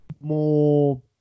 more